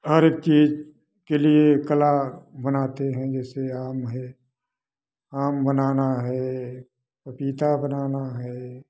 हर एक चीज़ के लिए कला बनाते हैं जैसे आम है आम बनाना है पपीता बनाना है